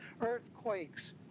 Earthquakes